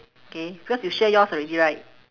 K because you share yours already right